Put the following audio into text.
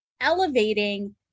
elevating